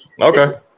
Okay